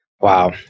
Wow